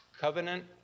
Covenant